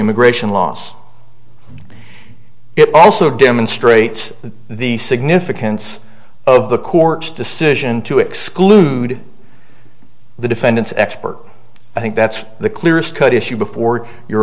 immigration laws it also demonstrates the significance of the court's decision to exclude the defendant's expert i think that's the clearest cut issue before you